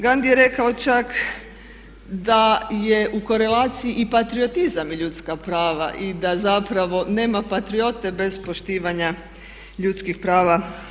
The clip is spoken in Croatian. Gandi je rekao čak da je u korelaciji i patriotizam i ljudska prava i da zapravo nema patriote bez poštivanja ljudskih prava.